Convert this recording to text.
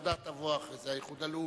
וראה זה פלא,